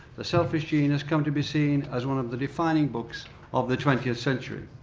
the selfish gene has come to be seen as one of the defining books of the twentieth century.